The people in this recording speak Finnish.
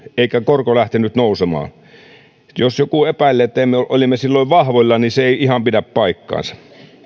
eikä korko lähtenyt nousemaan jos joku epäilee että olimme silloin vahvoilla niin se ei ihan pidä paikkaansa